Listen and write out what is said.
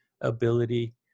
ability